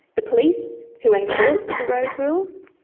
the police who enforce the road rules,